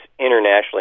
internationally